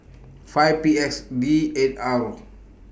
five P X D eight R